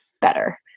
better